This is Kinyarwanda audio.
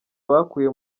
bakuye